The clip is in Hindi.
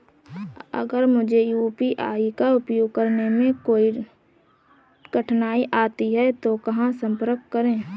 अगर मुझे यू.पी.आई का उपयोग करने में कोई कठिनाई आती है तो कहां संपर्क करें?